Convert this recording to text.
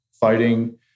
fighting